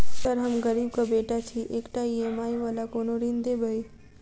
Sir हम गरीबक बेटा छी एकटा ई.एम.आई वला कोनो ऋण देबै?